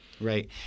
Right